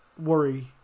worry